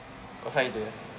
perfect day